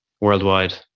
worldwide